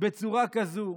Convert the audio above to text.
בצורה כזו,